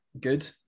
good